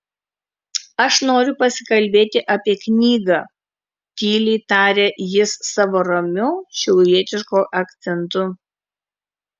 aš noriu pasikalbėti apie knygą tyliai taria jis savo ramiu šiaurietišku akcentu